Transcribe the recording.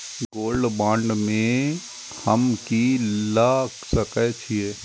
Gold bond में हम की ल सकै छियै?